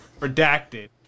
redacted